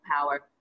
power